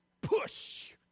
Push